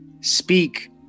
speak